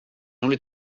only